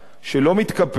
שלא מתקפלת,